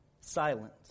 silent